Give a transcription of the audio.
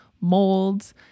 molds